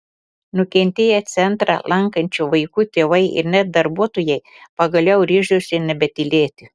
nukentėję centrą lankančių vaikų tėvai ir net darbuotojai pagaliau ryžosi nebetylėti